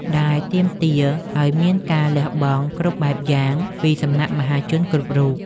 ដែលទាមទារឱ្យមានការលះបង់គ្រប់បែបយ៉ាងពីសំណាក់មហាជនគ្រប់រូប។